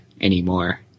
anymore